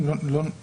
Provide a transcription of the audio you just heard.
זה מוסכם על כולם.